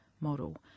model